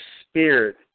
spirit